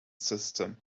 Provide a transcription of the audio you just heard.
system